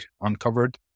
uncovered